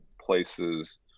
places